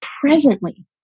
presently